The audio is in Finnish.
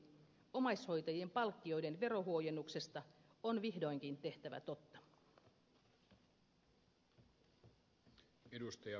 omaishoitajien palkkioiden verohuojennuksesta on vihdoinkin tehtävä totta